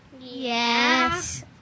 Yes